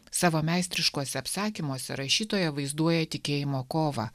savo meistriškuose apsakymuose rašytoja vaizduoja tikėjimo kovą